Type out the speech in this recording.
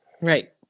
Right